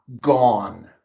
gone